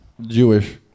Jewish